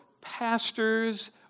pastors